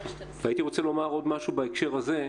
הייתי רוצה לומר עוד משהו בהקשר הזה,